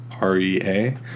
R-E-A